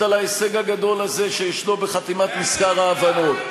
על ההישג הגדול הזה שישנו בחתימת מזכר ההבנות.